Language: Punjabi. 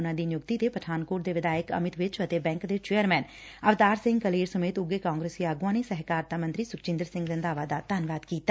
ਉਨਾਂ ਦੀ ਨਿਯੁਕਤੀ ਤੇ ਪਠਾਨਕੋਟ ਦੇ ਵਿਧਾਇਕ ਅਮਿਤ ਵਿਜ ਅਤੇ ਬੈਂਕ ਦੇ ਚੇਅਰਸੈਨ ਅਵਤਾਰ ਸਿੰਘ ਕਲੇਰ ਸਮੇਤ ਉੱਘੇ ਕਾਗਰਸੀ ਆਗੁਆ ਨੇ ਸਹਿਕਾਰਤਾ ਮੰਤਰੀ ਸੁਖਜਿੰਦਰ ਸਿੰਘ ਰੰਧਾਵਾ ਦਾ ਧੰਨਵਾਦ ਕੀਤਾ